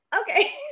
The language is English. okay